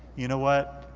you know what?